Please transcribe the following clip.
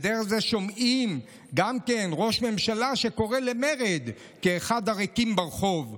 ודרך זה שומעים גם ראש ממשלה שקורא למרד כאחד הריקים ברחוב,